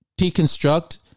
deconstruct